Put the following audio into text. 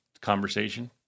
conversation